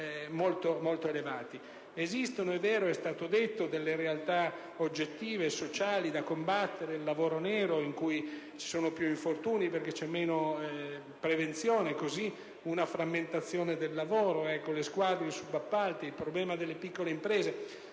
Esistono - è vero, è stato detto - delle realtà oggettive e sociali da combattere come il lavoro nero, settore in cui ci sono più infortuni perché c'è meno prevenzione. Lo stesso vale per la frammentazione del lavoro, le squadre, i subappalti e il problema delle piccole imprese.